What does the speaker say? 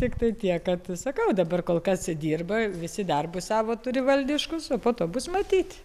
tiktai tiek kad sakau dabar kol kas dirba visi darbus savo turi valdiškus o po to bus matyt